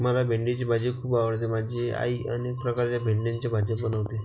मला भेंडीची भाजी खूप आवडते माझी आई अनेक प्रकारच्या भेंडीच्या भाज्या बनवते